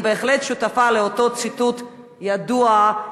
אני בהחלט שותפה לאותו ציטוט ידוע של,